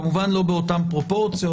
כמובן לא באותן פרופורציות.